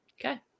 Okay